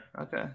Okay